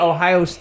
Ohio